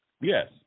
Yes